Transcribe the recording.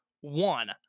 one